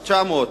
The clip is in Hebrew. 900,